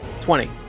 twenty